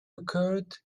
occurred